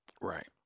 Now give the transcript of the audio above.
Right